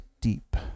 deep